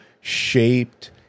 shaped